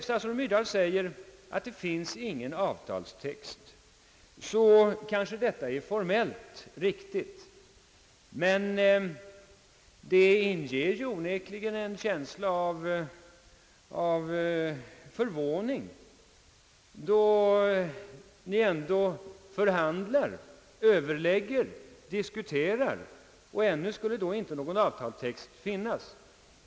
Statsrådet Myrdals påstående att det inte finns någon avtalstext är kanske formellt riktigt, men det inger onekligen en känsla av förvåning att man förhandlar och diskuterar trots att någon avtalstext inte skulle finnas.